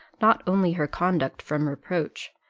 not only her conduct from reproach,